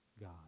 God